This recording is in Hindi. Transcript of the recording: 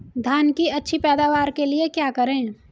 धान की अच्छी पैदावार के लिए क्या करें?